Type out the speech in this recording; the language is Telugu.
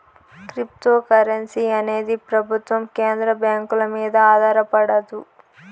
క్రిప్తోకరెన్సీ అనేది ప్రభుత్వం కేంద్ర బ్యాంకుల మీద ఆధారపడదు